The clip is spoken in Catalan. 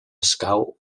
escau